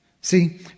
See